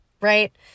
right